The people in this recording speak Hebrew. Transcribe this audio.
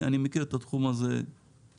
אני מכיר את התחום הזה טוב.